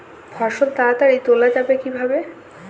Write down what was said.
ফসল তাড়াতাড়ি তোলা যাবে কিভাবে?